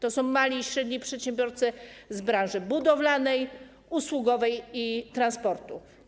To są mali i średni przedsiębiorcy z branży budowlanej, usługowej i transportowej.